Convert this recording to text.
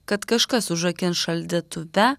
kad kažkas užrakins šaldytuve